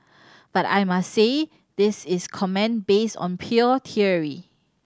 but I must say this is comment based on pure theory